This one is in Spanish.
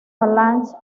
falange